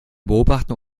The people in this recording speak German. beobachten